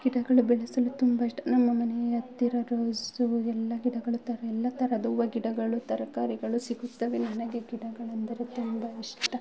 ಗಿಡಗಳು ಬೆಳೆಸಲು ತುಂಬ ಇಷ್ಟ ನಮ್ಮ ಮನೆಯ ಹತ್ತಿರ ರೋಸು ಎಲ್ಲ ಗಿಡಗಳು ಥರ ಎಲ್ಲ ಥರದ ಹೂವು ಗಿಡಗಳು ತರಕಾರಿಗಳು ಸಿಗುತ್ತವೆ ನನಗೆ ಗಿಡಗಳೆಂದರೆ ತುಂಬ ಇಷ್ಟ